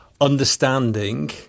understanding